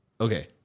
okay